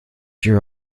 year